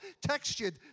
textured